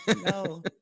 No